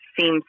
seems